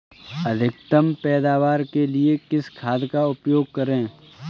अधिकतम पैदावार के लिए किस खाद का उपयोग करें?